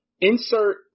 insert